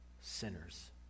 sinners